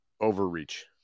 overreach